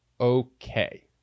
okay